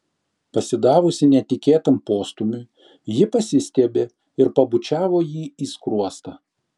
pasidavusi netikėtam postūmiui ji pasistiebė ir pabučiavo jį į skruostą